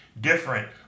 different